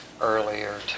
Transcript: earlier